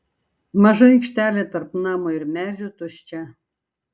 maža aikštelė tarp namo ir medžių tuščia